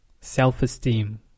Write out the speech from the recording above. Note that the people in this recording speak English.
self-esteem